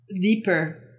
Deeper